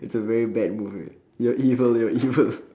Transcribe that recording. it's a very bad move right you're evil you're evil